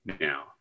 now